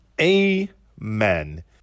Amen